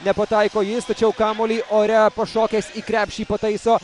nepataiko jis tačiau kamuolį ore pašokęs į krepšį pataiso